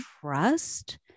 trust